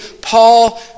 Paul